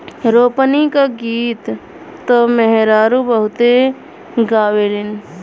रोपनी क गीत त मेहरारू बहुते गावेलीन